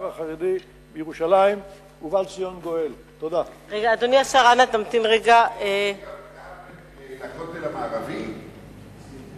פעמים, ואני רואה איזה חורבן הביאו לעיר הזאת.